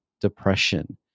depression